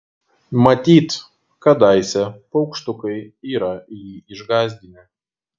matyt kadaise paukštukai yra jį išgąsdinę